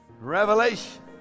Revelation